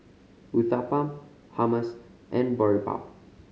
Uthapam Hummus and Boribap